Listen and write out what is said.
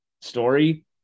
story